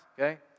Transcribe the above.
Okay